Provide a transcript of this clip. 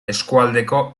eskualdeko